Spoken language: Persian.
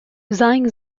زنگ